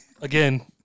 again